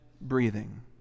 breathing